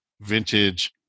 vintage